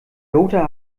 lothar